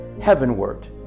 heavenward